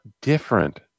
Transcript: different